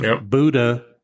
Buddha